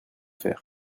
faire